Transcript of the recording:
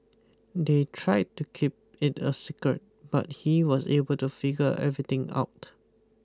they tried to keep it a secret but he was able to figure everything out